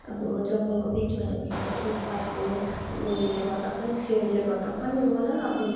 अब जङ्गलको बिच भनेपछि अब रूख पातको उयोले गर्दा पनि सेडले गर्दा पनि होला अब